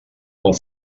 pel